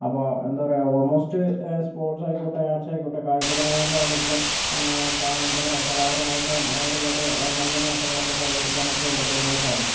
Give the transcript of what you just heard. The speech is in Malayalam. അപ്പോൾ എന്താ പറയുക ഓൾ മോസ്റ്റ് സ്പോർട്സായിക്കോട്ടെ ആർട്സായിക്കോട്ടെ കായികപരമായിട്ടാണെങ്കിലും എന്താ പറയുക കലാപരമായിട്ട് ഒരുപാട് നല്ല നേട്ടങ്ങളൊക്കെ കൈവരിക്കാനാക്കെ ഇവർക്ക് ഇതിലൂടെ സാധിക്കും